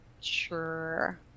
Sure